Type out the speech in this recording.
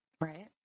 right